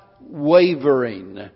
wavering